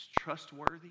trustworthy